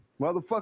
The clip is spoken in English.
Motherfucker